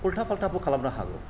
उलथा फालथाबो खालामनो हागौ